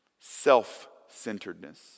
Self-centeredness